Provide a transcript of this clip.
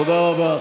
תודה רבה.